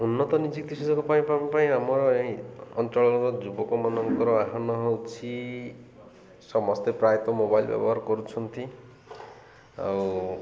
ଉନ୍ନତ ନିଯୁକ୍ତି ସୁଯୋଗ ପାଇବା ପାଇଁ ଆମର ଏ ଅଞ୍ଚଳର ଯୁବକମାନଙ୍କର ଆହ୍ୱାନ ହଉଛି ସମସ୍ତେ ପ୍ରାୟତଃ ମୋବାଇଲ ବ୍ୟବହାର କରୁଛନ୍ତି ଆଉ